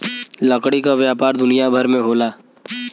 लकड़ी क व्यापार दुनिया भर में होला